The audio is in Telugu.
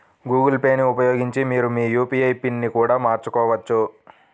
గూగుల్ పే ని ఉపయోగించి మీరు మీ యూ.పీ.ఐ పిన్ని కూడా మార్చుకోవచ్చు